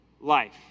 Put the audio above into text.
life